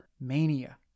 mania